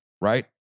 Right